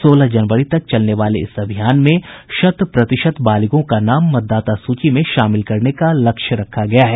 सोलह जनवरी तक चलने वाले इस अभियान में शत प्रतिशत बालिगों का नाम मतदाता सूची में शामिल करने का लक्ष्य रखा गया है